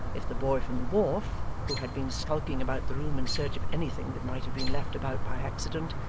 if the boy from the wharf, who had been skulking about the room in search of anything that might have been left about by accident,